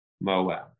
Moab